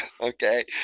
okay